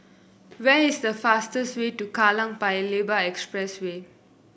where is the fastest way to Kallang Paya Lebar Expressway